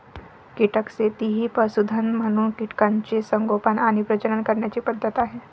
कीटक शेती ही पशुधन म्हणून कीटकांचे संगोपन आणि प्रजनन करण्याची पद्धत आहे